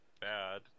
bad